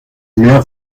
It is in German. meer